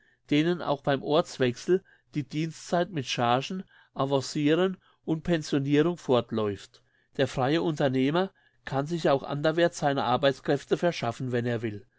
denen auch beim ortswechsel die dienstzeit mit chargen avanciren und pensionirung fortläuft der freie unternehmer kann sich auch anderwärts seine arbeitskräfte verschaffen wenn er will